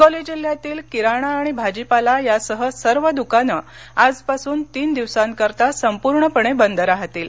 हिंगोली जिल्ह्यातील किराणा आणि भाजीपाला यासह सर्व दुकानं आजपासून तीन दिवसांकरीता संपूर्णपणे बंद राहतील